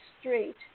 street